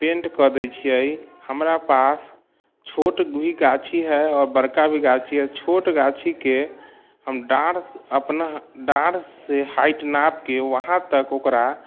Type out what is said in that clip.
paint कऽ दै छिए हमरा पास छोट भी गाछी हइ आओर बड़का भी गाछी हइ छोट गाछीके हम डाँढ़ अपना डाँढ़सँ हाइट नापिके वहाँ तक ओकरा